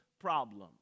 problem